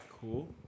Cool